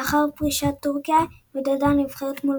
לאחר פרישת טורקיה התמודדה הנבחרת מול